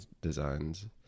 designs